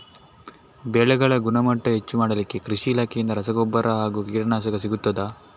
ಬೆಳೆಗಳ ಗುಣಮಟ್ಟ ಹೆಚ್ಚು ಮಾಡಲಿಕ್ಕೆ ಕೃಷಿ ಇಲಾಖೆಯಿಂದ ರಸಗೊಬ್ಬರ ಹಾಗೂ ಕೀಟನಾಶಕ ಸಿಗುತ್ತದಾ?